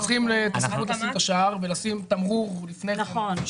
הם צריכים זכות לשים את השער ולשים תמרור לפני כן.